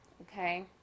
Okay